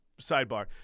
Sidebar